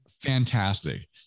Fantastic